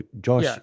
Josh